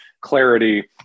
clarity